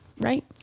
right